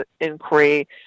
inquiry